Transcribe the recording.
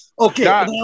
Okay